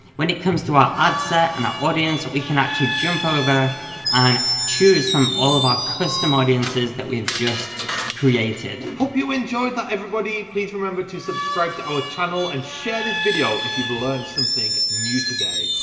when it comes to our ad set and our audience, we can actually jump over and choose from all of our custom audiences that we have just created. hope you enjoyed that everybody! please remember to subscribe to our channel and share this video if you've learned something new today.